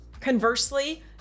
Conversely